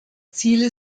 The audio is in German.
ziele